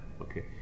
Okay